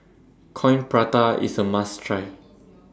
Coin Prata IS A must Try